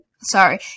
sorry